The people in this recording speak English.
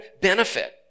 benefit